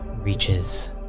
reaches